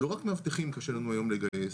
לא רק מאבטחים קשה לנו היום לגייס,